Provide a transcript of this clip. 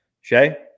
Shay